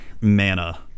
mana